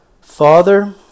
Father